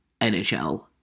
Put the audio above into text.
NHL